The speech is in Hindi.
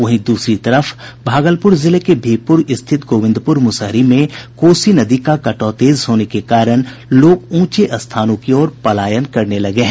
वहीं दूसरी तरफ भागलपुर जिले के बिहपुर स्थित गोविंदपुर मुसहरी में कोसी नदी का कटाव तेज होने के कारण लोग ऊंचे स्थानों की ओर पलायन करने लगे हैं